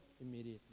immediately